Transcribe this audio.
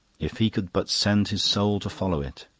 if he could but send his soul to follow it.